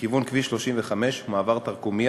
מכיוון כביש 35 ומעבר תרקומיא